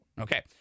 Okay